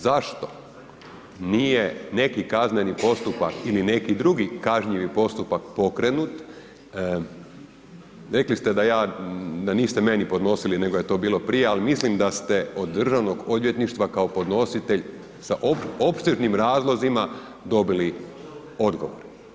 Zašto nije neki kazneni postupak ili neki drugi kažnjivi postupak pokrenut, rekli ste da niste meni podnosili nego da je to bilo prije ali mislim da se od Državnog odvjetništva kao podnositelj sa opsežnim razlozima, dobili odgovor.